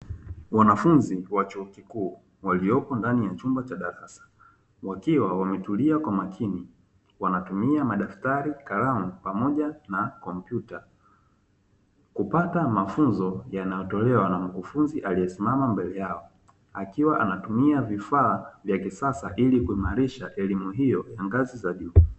Wanafunzi wa chuo kikuu waliopo ndani ya chumba cha darasa wakiwa wametulia kwa makini wanatumia madaftari, kalamu pamoja na kompyuta kupata mafunzo yanayotolewa na mkufunzi aliyesimama mbele yao akiwa anatumia vifaa vya kisasa ili kuimarisha elimu hiyo ya ngazi za juu.